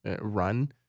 Run